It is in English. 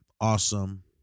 awesome